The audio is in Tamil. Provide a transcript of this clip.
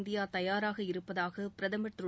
இந்தியா தயாராக இருப்பதாக பிரதமர் திரு